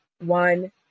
one